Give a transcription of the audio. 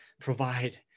provide